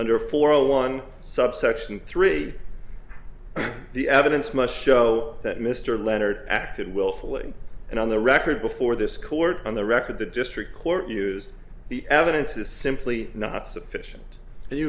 under for a one subsection three the evidence must show that mr leonard acted willfully and on the record before this court on the record the district court used the evidence is simply not sufficient